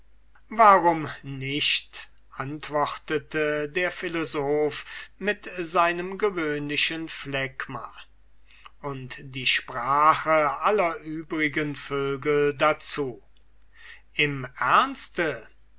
warum nicht antwortete der philosoph mit seinem gewöhnlichen phlegma und die sprache aller übrigen vögel dazu im ernste